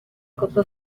papa